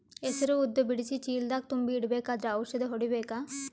ಹೆಸರು ಉದ್ದ ಬಿಡಿಸಿ ಚೀಲ ದಾಗ್ ತುಂಬಿ ಇಡ್ಬೇಕಾದ್ರ ಔಷದ ಹೊಡಿಬೇಕ?